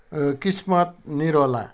Kismat Niraula